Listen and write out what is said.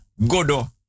godo